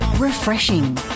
Refreshing